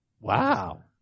Wow